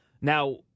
Now